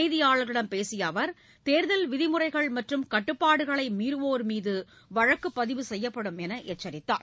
செய்தியாளர்களிடம் கேர்தல் விதிமுறைகள் மற்றம் கட்டுப்பாடுகளைமீறவோர்மீதுவழக்குப் பதிவு செய்யப்படும் என்றுஎச்சரித்தார்